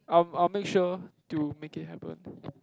um I'll make sure to make it happen